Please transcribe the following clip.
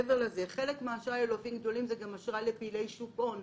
חלק מהאשראי ללווים גדולים זה גם אשראי לפעילי שוק הון.